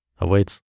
awaits